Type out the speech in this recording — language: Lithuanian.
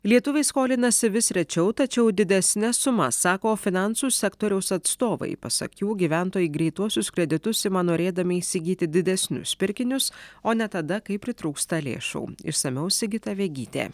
lietuviai skolinasi vis rečiau tačiau didesnes sumas sako finansų sektoriaus atstovai pasak jų gyventojai greituosius kreditus ima norėdami įsigyti didesnius pirkinius o ne tada kai pritrūksta lėšų išsamiau sigita vegytė